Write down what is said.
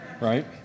right